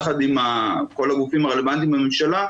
ביחד עם כל הגופים הרלוונטיים בממשלה,